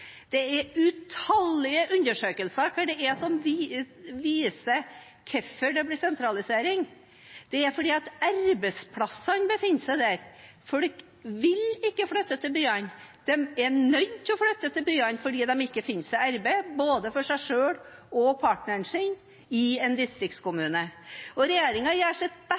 Det er utallige undersøkelser som viser hvorfor det blir sentralisering: Det er fordi arbeidsplassene befinner seg der. Folk vil ikke flytte til byene – de er nødt til å flytte til byene fordi de ikke finner arbeid både for seg selv og partneren sin i en distriktskommune. Regjeringen gjør